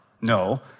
No